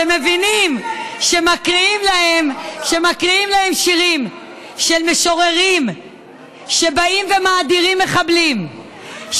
שמבינים כשמקריאים להם שירים של משוררים שבאים ומאדירים מחבלים,